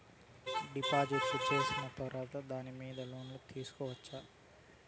డిపాజిట్లు సేసిన తర్వాత దాని మీద లోను తీసుకోవచ్చా?